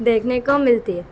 دیکھنے کو ملتی ہے